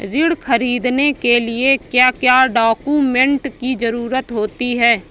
ऋण ख़रीदने के लिए क्या क्या डॉक्यूमेंट की ज़रुरत होती है?